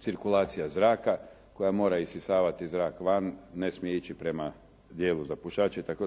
cirkulacija zraka koja mora isisavati zrak van, ne smije ići prema dijelu za pušače itd.